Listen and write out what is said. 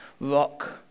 rock